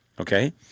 Okay